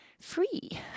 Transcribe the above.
free